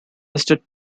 listed